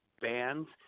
Bands